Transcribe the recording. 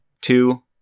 two